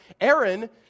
Aaron